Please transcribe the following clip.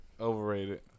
Overrated